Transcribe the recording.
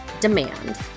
demand